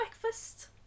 breakfast